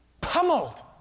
pummeled